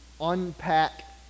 unpack